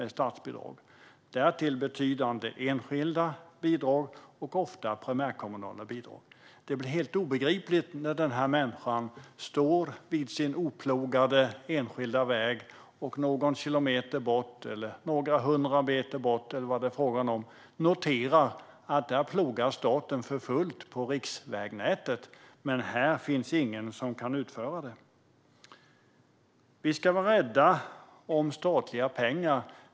Därtill kommer betydande enskilda bidrag och ofta primärkommunala bidrag. Det blir helt obegripligt för denna människa, som står vid sin oplogade enskilda väg, när han eller hon noterar att staten någon kilometer eller några hundra meter bort plogar för fullt på riksvägnätet men att det inte finns någon som kan utföra det på denna oplogade enskilda väg. Vi ska vara rädda om statliga pengar.